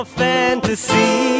fantasy